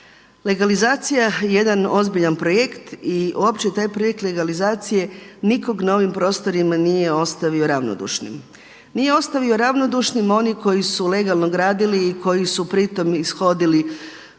Legalizacija je jedan ozbiljan projekt i uopće taj projekt legalizacije nikoga na ovim prostorima nije ostavio ravnodušnim. Nije ostavio ravnodušnim one koji su legalno gradili i koji su pritom ishodili